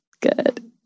good